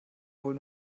wohl